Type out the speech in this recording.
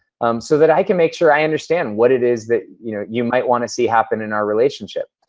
so that i can make sure i understand what it is that you know you might wanna see happen in our relationship.